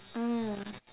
mm